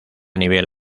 nivel